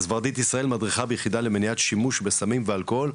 מדריכה ביחידה למניעת שימוש בסמים ואלכוהול,